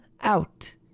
out